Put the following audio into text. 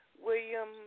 William